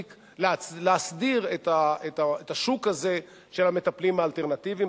להסדיר את השוק הזה של המטפלים האלטרנטיביים.